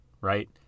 right